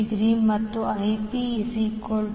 66° ಮತ್ತು IpIa6